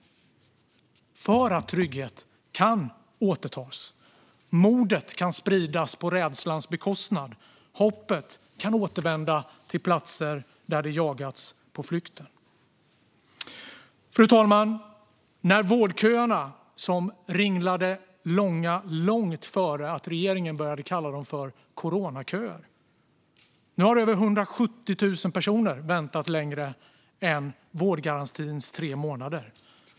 Detta görs för att trygghet kan återtas. Modet kan spridas på rädslans bekostnad. Hoppet kan återvända till platser där det jagats på flykten. Fru talman! Vårdköerna ringlade långa långt innan man började kalla dem coronaköer. Nu har över 170 000 personer väntat längre än vårdgarantins tre månader.